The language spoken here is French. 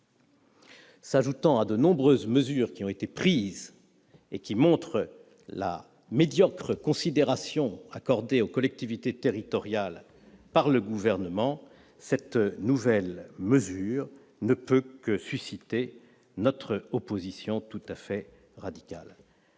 S'ajoutant à de nombreuses mesures récemment prises, et qui montrent la médiocre considération accordée aux collectivités territoriales par le Gouvernement, cette nouvelle disposition ne peut que susciter notre opposition tout à fait radicale.